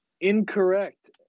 incorrect